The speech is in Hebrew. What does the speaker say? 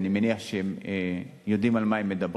הם יודעים על מה הם מדברים.